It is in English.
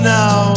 now